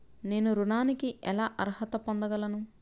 నేను ఋణానికి ఎలా అర్హత పొందగలను?